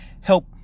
help